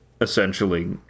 essentially